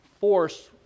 force